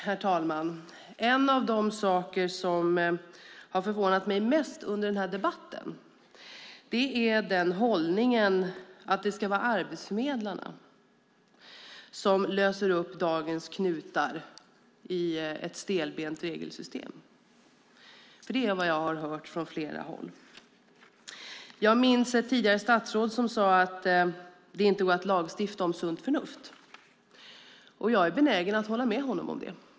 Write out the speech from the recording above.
Herr talman! En av de saker som har förvånat mig mest under den här debatten är hållningen att det ska vara arbetsförmedlarna som löser upp dagens knutar i ett stelbent regelsystem, för det är vad jag har hört från flera håll. Jag minns ett tidigare statsråd som sade att det inte går att lagstifta om sunt förnuft. Jag är benägen att hålla med honom om det.